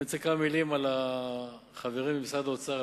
אני רוצה לומר כמה מלים על החברים במשרד האוצר,